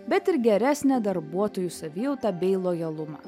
bet ir geresnę darbuotojų savijautą bei lojalumą